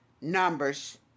Numbers